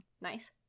Nice